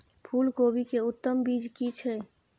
फूलकोबी के उत्तम बीज की छै?